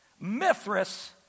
Mithras